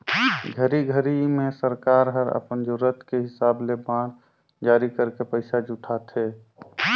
घरी घरी मे सरकार हर अपन जरूरत के हिसाब ले बांड जारी करके पइसा जुटाथे